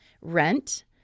rent